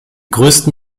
größten